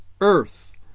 earth